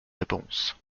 réponse